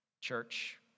Church